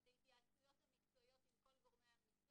את ההתייעצות המקצועיות עם כל גורמי המקצוע